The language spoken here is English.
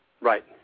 Right